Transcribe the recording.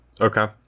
Okay